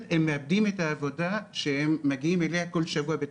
הם מאבדים את העבודה שהם מגיעים אליה כל שבוע לצרפת.